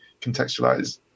contextualize